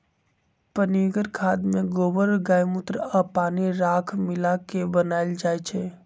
पनीगर खाद में गोबर गायमुत्र आ पानी राख मिला क बनाएल जाइ छइ